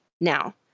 Now